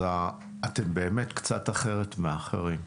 אתם באמת קצת אחרת מאחרים.